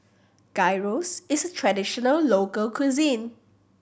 gyros is a traditional local cuisine